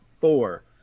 four